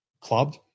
club